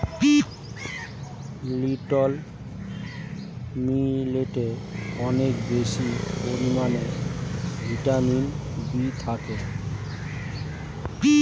little মিলেটে অনেক বেশি পরিমাণে ভিটামিন বি থাকে